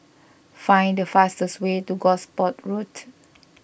find the fastest way to Gosport Road